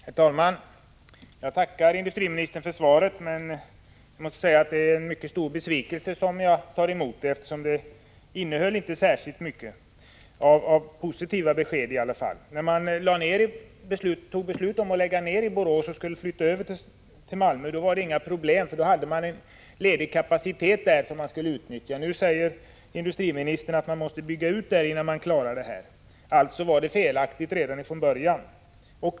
Herr talman! Jag tackar industriministern för svaret men måste säga att det är med mycket stor besvikelse som jag tar emot det, eftersom det inte innehöll särskilt mycket av positiva besked. När man tog beslutet om att lägga ned tillverkningen i Borås och flytta över den till Malmö, fanns det inga problem. Då hade man ledig kapacitet i Malmö som man skulle utnyttja. Nu säger industriministern att man i Malmö måste bygga ut för att klara tillverkningen. Alltså var det hela felaktigt redan från början?